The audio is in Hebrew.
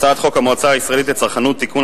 הצעת חוק המועצה הישראלית לצרכנות (תיקון),